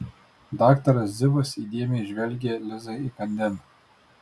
daktaras zivas įdėmiai žvelgė lizai įkandin